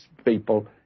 people